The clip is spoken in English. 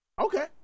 Okay